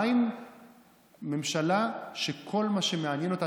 מה עם ממשלה שכל מה שמעניין אותה,